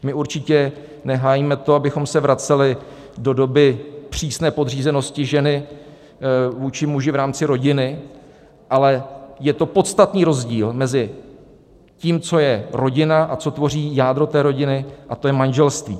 My určitě nehájíme to, abychom se vraceli do doby přísné podřízenosti ženy vůči muži v rámci rodiny, ale je podstatný rozdíl mezi tím, co je rodina, a tím, co tvoří jádro té rodiny, a to je manželství.